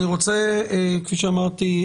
כפי שאמרתי,